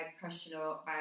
personal